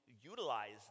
utilize